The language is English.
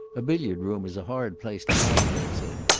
a billiard room is a hard place to hide things in.